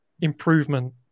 improvement